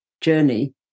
journey